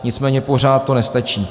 Nicméně pořád to nestačí.